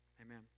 amen